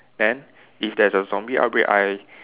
then if there's a zombie outbreak I